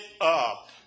up